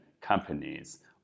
companies